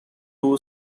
two